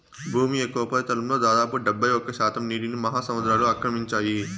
భూమి యొక్క ఉపరితలంలో దాదాపు డెబ్బైఒక్క శాతం నీటిని మహాసముద్రాలు ఆక్రమించాయి